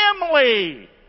family